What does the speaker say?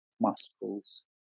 muscles